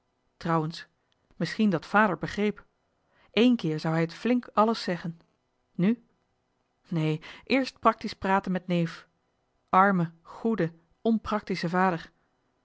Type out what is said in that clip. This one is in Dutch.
trouwens misschien dat vader begreep eén keer zou hij het flink alles zeggen nu neen eerst praktisch praten met neef arme goede onpraktische vader